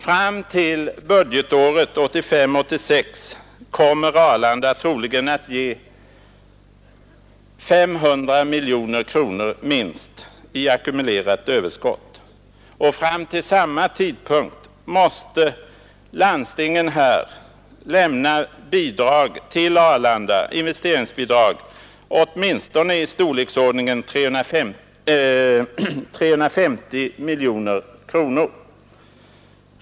Fram till budgetåret 1985/86 kommer Arlanda troligen att ge minst 500 miljoner kronor i ackumulerat överskott, och fram till samma tidpunkt måste landstingen lämna investeringsbidrag till Arlanda åtminstone av storleksordningen 350 miljoner kronor.